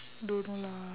don't know lah